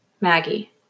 Maggie